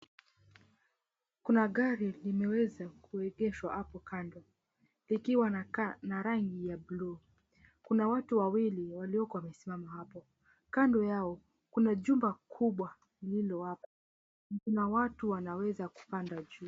Kuna gari limeweza kuegeshwa hapo kando likiwa na rangi ya buluu, kuna watu wawili walioko wamesimama hapo, kando yao kuna jumba kubwa lililo hapo na watu wanaweza kupanda juu.